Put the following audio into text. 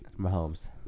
Mahomes